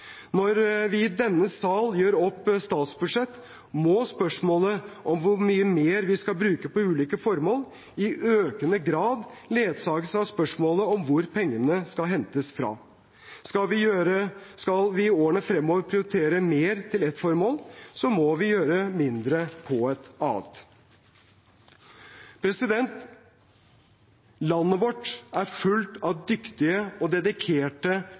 Når vi i denne sal gjør opp statsbudsjett, må spørsmålet om hvor mye mer vi skal bruke på ulike formål, i økende grad ledsages av spørsmålet om hvor pengene skal hentes fra. Skal vi i årene fremover prioritere mer til ett formål, må vi gjøre mindre på et annet. Landet vårt er fullt av dyktige og dedikerte